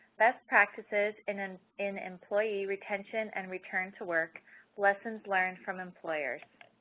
best practices in and in employee retention and return-to-work lessons learned from employers.